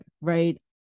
right